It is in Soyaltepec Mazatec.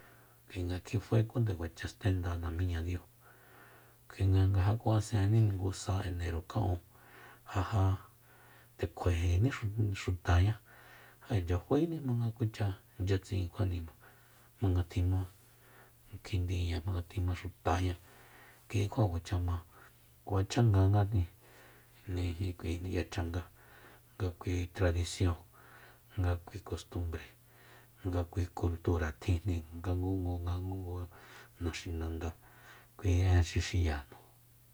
Kuinga kjifaé ku nde kuacha stenda namiña diu kuinga nga ja ku'asení ngu sa enero ka'un ja jande kuajení xutaña ja inchya faéni jmanga kucha inchya tsi'in kjuanima jmanga tjima kjindiña jmanga tjima xutaña kuikjua kuacha ma kuacha ngangajni nijin k'ui ni'ya changa nga kui tradision nga kui kultura tjinjni ngangungungangungu naxinanda kui en xi xiyajnu